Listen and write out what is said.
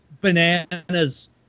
bananas